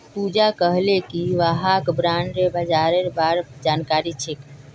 पूजा कहले कि वहाक बॉण्ड बाजारेर बार जानकारी छेक